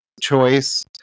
choice